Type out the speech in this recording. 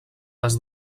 les